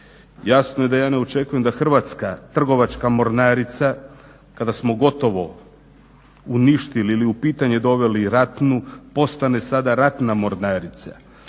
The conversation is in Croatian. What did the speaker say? Jasno je da ja ne očekujem da Hrvatska trgovačka mornarica kada smo gotovo uništili ili u pitanje doveli ratnu postane sada Ratna mornarica.